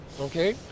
Okay